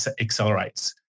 Accelerates